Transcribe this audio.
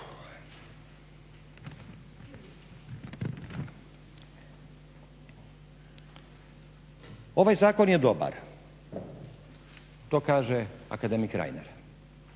Ovaj zakon je dobar, to kaže akademik Reiner